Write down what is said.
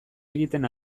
egiten